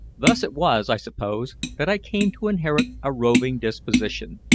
thus it was, i suppose, that i came to inherit a roving disposition.